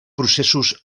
processos